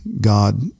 God